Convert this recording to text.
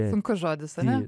sunkus žodis ane